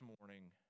morning